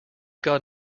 got